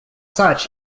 such